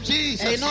Jesus